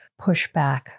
pushback